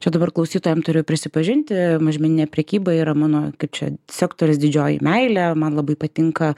čia dabar klausytojam turiu prisipažinti mažmeninė prekyba yra mano kaip čia sektorius didžioji meilė man labai patinka